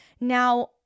Now